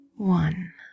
One